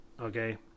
Okay